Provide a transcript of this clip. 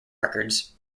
records